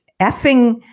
effing